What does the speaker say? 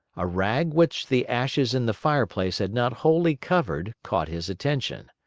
a rag which the ashes in the fireplace had not wholly covered caught his attention.